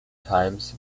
times